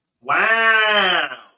Wow